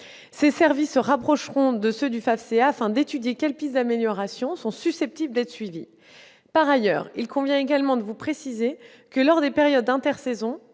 Ses services se rapprocheront de ceux du FAFSEA pour étudier les pistes d'amélioration susceptibles d'être suivies. Par ailleurs, il convient de vous préciser que, lors des périodes d'intersaison,